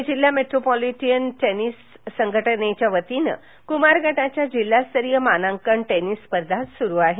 पुणे जिल्हा metropolitan tennis संघनटेच्यावतीनं कुमार गटाच्या जिल्हास्तरीय मानांकन टेनिस स्पर्धा सुरु आहेत